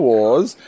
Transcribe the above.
Wars